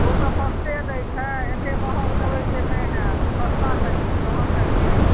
ओ तऽ सस्ते दै छथि एते महग देबै से नहि होयत सस्ता करियौ तहन ने लेब